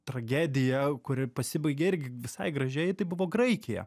tragedija kuri pasibaigė irgi visai gražiai tai buvo graikija